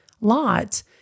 lot